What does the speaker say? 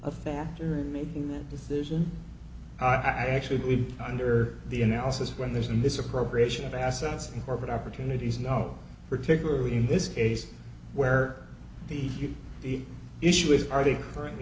a factor in making that decision i actually believe under the analysis when there's a misappropriation of assets in corporate opportunities no particularly in this case where the issue is are they currently